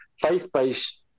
Faith-Based